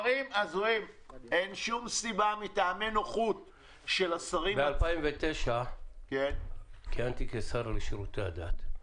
אין שום סיבה מטעמי נוחות שלשרים --- ב-2009 כיהנתי כשר לשירותי הדת,